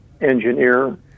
engineer